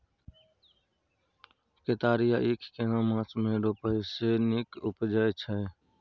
केतारी या ईख केना मास में रोपय से नीक उपजय छै?